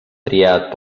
triat